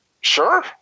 Sure